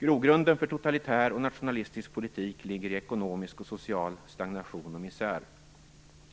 Grogrunden för totalitär och nationalistisk politik ligger i ekonomisk och social stagnation och misär.